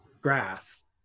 grass